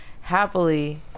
happily